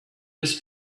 his